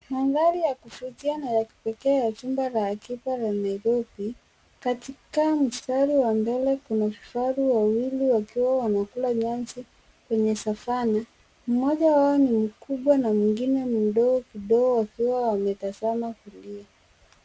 Mandhari ya kuvutia na ya kipekee ya jumba la akiba la Nairobi. Katika mstari wa mbele kuna kifaru wawili wakiwa wanakula nyasi kwenye Savanna .Mmoja wao ni mkubwa na mwingine ni mdogo kidogo akiwa wametazama kulia.